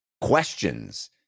questions